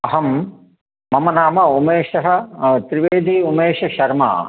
अहं मम नाम उमेशः त्रिवेदी उमेशशर्मा